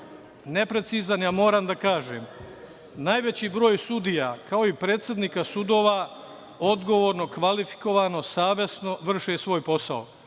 neprecizan, ja moram da kažem. Najveći broj sudija kao i predsednika sudova, odgovorno, kvalifikovano, savesno vrše svoj posao.